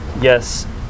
yes